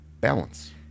Balance